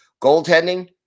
goaltending